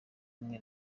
kumwe